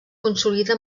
consolida